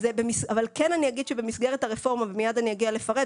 אבל כן אני אגיד שבמסגרת הרפורמה ומייד אני אגיע לפרט,